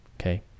Okay